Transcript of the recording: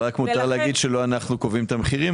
אבל רק מותר להגיד שלא אנחנו קובעים את המחירים.